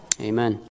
Amen